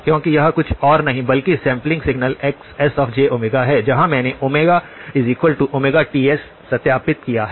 क्योंकि यह कुछ और नहीं बल्कि सैंपलिंग सिग्नल Xs है जहां मैंने ωTs प्रतिस्थापित किया है